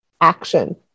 action